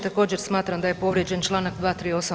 Također smatram da je povrijeđen Članak 238.